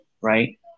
right